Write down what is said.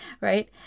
right